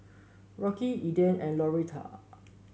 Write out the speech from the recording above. Rocky Eden and Lauretta